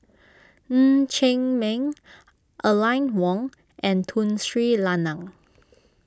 Ng Chee Meng Aline Wong and Tun Sri Lanang